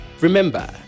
Remember